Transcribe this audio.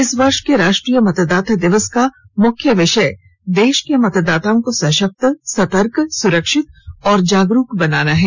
इस वर्ष के राष्ट्रीय मतदाता दिवस का मुख्य विषय देश के मतदाताओं को सशक्त सतर्क सुरक्षित और जागरूक बनाना है